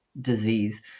disease